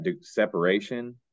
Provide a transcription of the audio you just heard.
separation